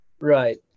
right